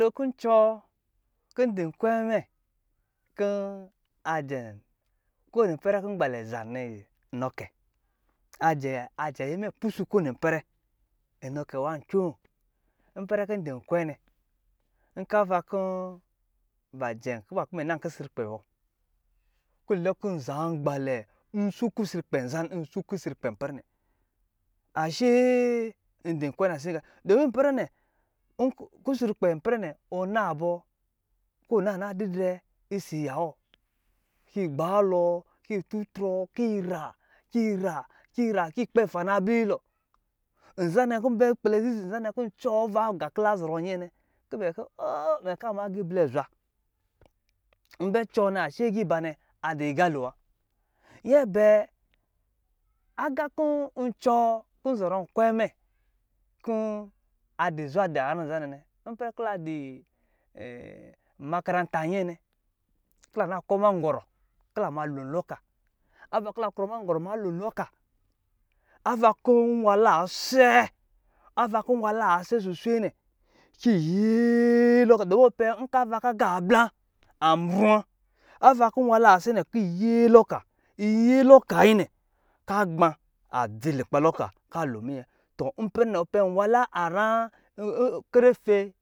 Kutu kɔncwo kɔ ndu nkwe mɛ kɔ ajɛ kowini ipɛrɛ kɔ nmalɛ za nɛkɛ ajɛ ayɛ mɛ pusu kowɛni ipɛrɛ tɔ nwa ncoo ipɛrɛ kɔ ndɔ kwɛ nɛ nkɔ ava kɔ ba jɛn kɔ imɛ can kusrukpɛ bɔ kɔ nlɛ kɔ nza malɛ nso kusrukpɛ npɛrɛ nɛ nlɛ kɔ nza nmalɛ mɛ nso kusrukpɛ npɛrɛ nɛ ashe ndɔ kure nsi domi npɛrɛ nɛ kusru kpɛ npɛrɛ ne ɔna bɔ kɔ ɔna na didrɛ ɔsɔ aye kɔ yi gbaalɔ kɔ yi tutrɔ ki rakira kɔ yi kpɛ fana abli alɔ nzanɛ kɔ nkpɛlɛ ziz nzanɛ kɔ ncuwɔ aga kɔ la zɔrɔ nyɛɛ nɛ kɔ mɛ kɔ aga blɛ ba azwa mbɛ cuwɔ nɛ ashe agaiba nɛ ba de aga lo wa nyɛ bɛɛ aga kɔ ncuwɔ kɔ nzɔrɔ nkwɛ ma kɔ adɔ zwa dɔ herlɛnɛ nmakaranta nyɛɛnɛ kɔ lena kɔ ma ngɔrɔ kɔ la ma lo nlɔka kɔ la krɔ magɔrɔ kɔ la krɔ loncɔka ava kɔ nwala sɛ ava kɔ nwala asɛ suswe nɛ kɔ iye loka ɔpɛ kɔ aga abla nɛ anmru wa kɔ la ye lɔka kayi na ka agba adzi ka lo minyɛ tɔ mpɛrɛnɛ aran krefe